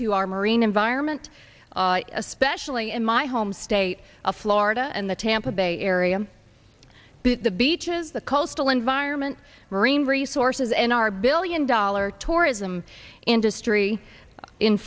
to our marine environment especially in my home state of florida and the tampa bay area but the beaches the coastal environment marine resources and our billion dollar tourism industry in